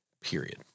period